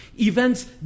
events